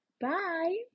Bye